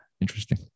Interesting